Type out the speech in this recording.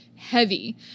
Heavy